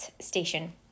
station